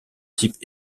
type